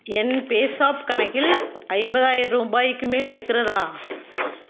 என் பேஸாப் கணக்கில் ஐம்பதாயிரம் ரூபாய்க்கு மேல் இருக்கிறதா